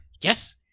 Yes